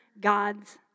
God's